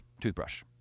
toothbrush